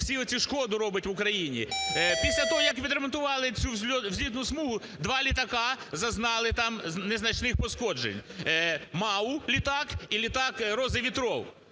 всю оцю шкоду робить в Україні? Після того, як відремонтували цю злітну смугу два літаки зазнали там незначних пошкоджень, МАУ літак і літак "РозыВетров".